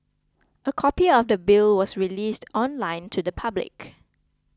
a copy of the bill was released online to the public